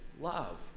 love